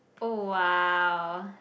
oh !wow!